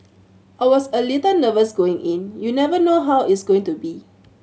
I was a little nervous going in you never know how is going to be